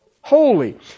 holy